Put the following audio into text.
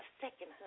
second